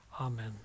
Amen